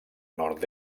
nord